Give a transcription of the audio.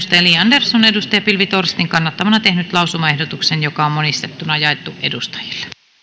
li andersson pilvi torstin kannattamana tehnyt lausumaehdotuksen joka on monistettuna jaettu edustajille